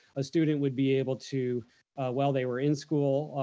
ah student would be able to while they were in school,